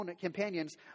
companions